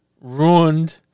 ruined